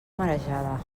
marejada